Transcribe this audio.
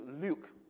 Luke